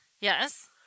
Yes